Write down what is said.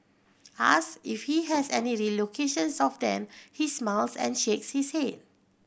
asked if he has any relocations of them he smiles and shakes his head